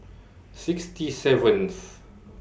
sixty seventh